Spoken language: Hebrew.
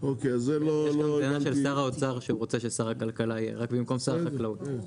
יש טענה ששר האוצר שהוא רוצה ששר הכלכלה יהיה רק במקום שר החקלאות.